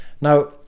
Now